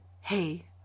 Hey